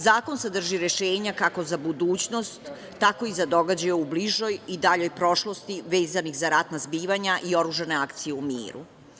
Zakon sadrži rešenja kako za budućnost, tako i za događaje u bližoj i daljoj prošlosti vezanih za ratna zbivanja i oružane akcije u miru.